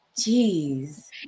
Jeez